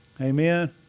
Amen